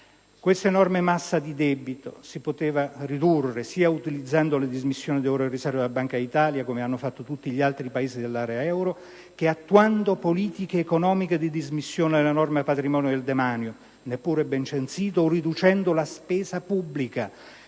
Questa enorme massa di debito pubblico si poteva ridurre, sia utilizzando le dismissioni di oro e riserve della Banca d'Italia, come hanno fatto tutti gli altri Paesi dell'area euro, sia attuando politiche economiche di dismissioni dell'enorme patrimonio del demanio, neppure ben censito, o riducendo la spesa pubblica,